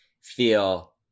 feel